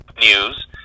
news